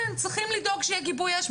כן, צריכים לדאוג שיהיה כיבוי אש.